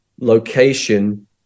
location